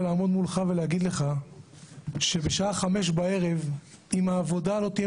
לעמוד מולך ולהגיד לך בשעה 17:00 שאם העבודה לא תהיה